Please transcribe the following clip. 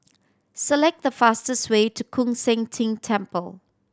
select the fastest way to Koon Seng Ting Temple